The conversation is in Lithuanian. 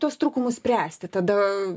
tuos trūkumus spręsti tada